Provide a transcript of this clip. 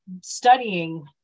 studying